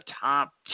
top